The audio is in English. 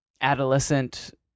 adolescent